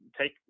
take